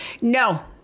No